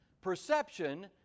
Perception